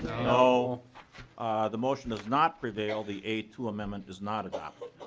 so the motion does not prevail the a two amendment is not adopted.